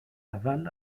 laval